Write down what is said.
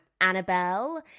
Annabelle